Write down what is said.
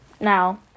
Now